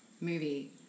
movie